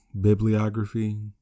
bibliography